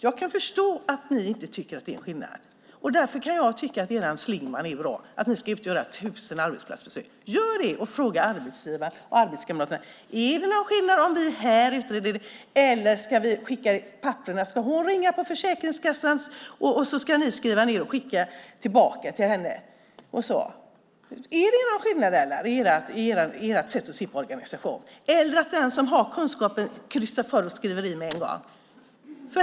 Jag kan förstå att ni inte tycker att det är någon skillnad, och därför kan jag tycka att er Schlingmann är bra, det vill säga att ni ska ut och göra tusen arbetsplatsbesök. Gör det! Och fråga arbetsgivarna och arbetskamraterna om det är någon skillnad om de utreder där eller om de skickar in papperna. Ska någon ringa Försäkringskassan och sedan ska någon annan skriva ned det och skicka tillbaka det och så? Är det någon skillnad med ert sätt att se på organisationen, eller borde den som har kunskapen kryssa för och skriva i med en gång?